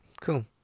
cool